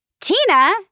Tina